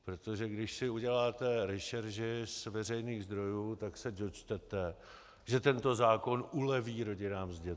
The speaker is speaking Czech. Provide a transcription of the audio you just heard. Protože když si uděláte rešerši z veřejných zdrojů, tak se dočtete, že tento zákon uleví rodinám s dětmi.